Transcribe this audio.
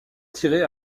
tirer